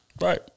Right